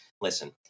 listen